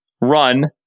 run